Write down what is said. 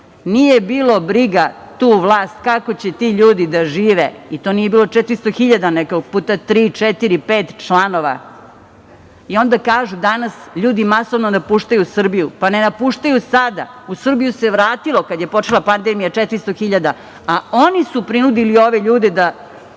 Nije bilo briga tu vlast kako će ti ljudi da žive i to nije bilo 400.000, nego puta tri, četiri, pet članova. Kažu da danas ljudi masovno napuštaju Srbiju. Pa, ne napuštaju sada, u Srbiju se vratilo kada je počela panedmija 400.000, a oni su prinudili ove ljude da